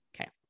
Okay